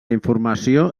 informació